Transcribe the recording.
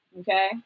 Okay